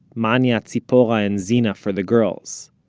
manya, tzipora and zena for the girls.